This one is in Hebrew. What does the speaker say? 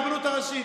זו הרבנות הראשית.